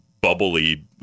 bubbly